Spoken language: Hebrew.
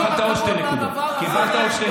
אז עם כל הכבוד לדבר הזה, קיבלת עוד שתי נקודות.